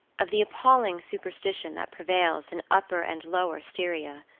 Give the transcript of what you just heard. of the appalling superstition that prevails in upper and lower styria,